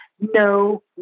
no